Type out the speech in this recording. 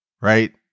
right